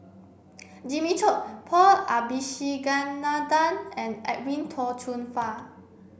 Jimmy Chok Paul Abisheganaden and Edwin Tong Chun Fai